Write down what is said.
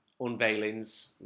unveilings